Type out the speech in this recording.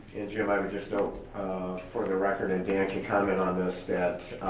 jim i would just note for the record, and dan can comment on this that